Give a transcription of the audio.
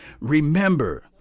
Remember